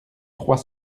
trois